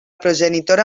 progenitora